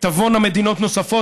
תבואנה מדינות נוספות,